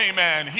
Amen